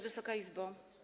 Wysoka Izbo!